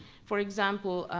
for example,